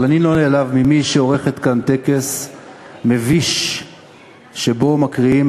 אבל אני לא נעלב ממי שעורכת פה טקס מביש שבו מקריאים